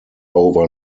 over